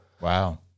Wow